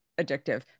addictive